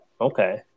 okay